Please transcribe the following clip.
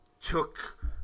took